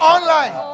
Online